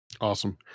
Awesome